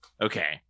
okay